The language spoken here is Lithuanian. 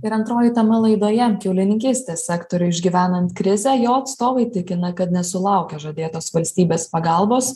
ir antroji tema laidoje kiaulininkystės sektoriui išgyvenant krizę jo atstovai tikina kad nesulaukę žadėtos valstybės pagalbos